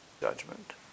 judgment